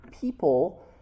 people